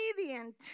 obedient